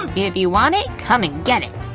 um if you want it, come and get it!